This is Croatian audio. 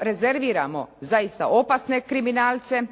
rezerviramo zaista opasne kriminalce,